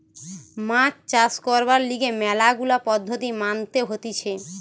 মাছ চাষ করবার লিগে ম্যালা গুলা পদ্ধতি মানতে হতিছে